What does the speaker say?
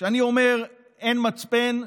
כשאני אומר שאין מצפן,